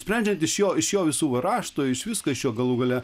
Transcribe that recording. sprendžiant iš jo iš jo visų raštų iš visko iš jo galų gale